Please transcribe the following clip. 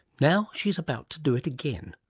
now she's about to do it again.